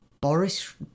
Boris